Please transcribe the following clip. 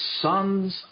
sons